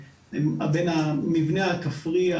בין המבנה הכפרי,